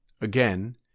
Again